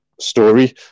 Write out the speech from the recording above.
story